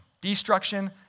Destruction